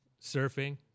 surfing